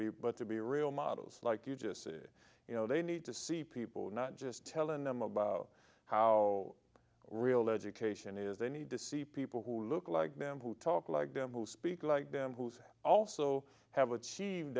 be but to be real models like you just said you know they need to see people not just telling them about how real education is they need to see people who look like men who talk like them who speak like them who also have a